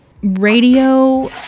Radio